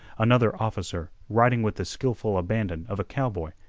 another officer, riding with the skillful abandon of a cowboy,